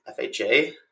FHA